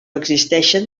existeixen